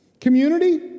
Community